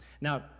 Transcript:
Now